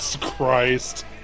Christ